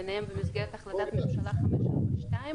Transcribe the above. ביניהם במסגרת החלטת ממשלה --- הוחלט